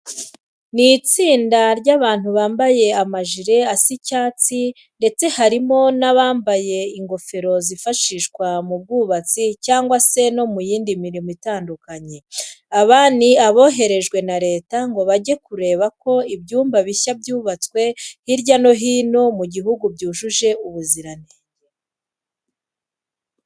Ni itsinda ry'abantu bambaye amajire asa icyatsi ndetse harimo n'abandi bambaye ingofero zifashishwa mu bwubatsi cyangwa se no mu yindi mirimo itandukanye. Aba ni aboherejwe na leta ngo bajye kureba ko ibyumba bishya byubatswe hirya no hino mu guhugu byujuje ubuziranenge.